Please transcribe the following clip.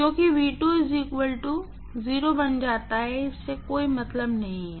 क्योंकि 0 बन जाता है इससे कोई मतलब नहीं है